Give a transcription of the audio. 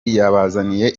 yabazaniye